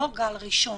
לא גל ראשון,